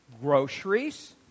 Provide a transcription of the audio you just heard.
groceries